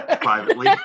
Privately